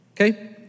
okay